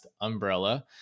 umbrella